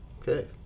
Okay